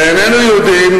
ואיננו יודעים